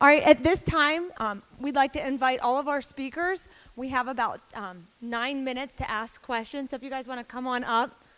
are at this time we'd like to invite all of our speakers we have about nine minutes to ask questions if you guys want to come on up